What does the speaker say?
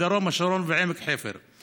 דרום השרון ועמק חפר.